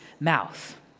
mouth